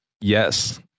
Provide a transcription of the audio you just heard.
Yes